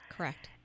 Correct